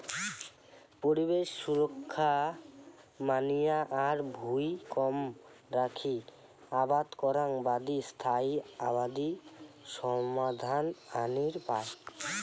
পরিবেশ সুরক্ষা মানিয়া আর ভুঁই কম রাখি আবাদ করাং বাদি স্থায়ী আবাদি সমাধান আনির পায়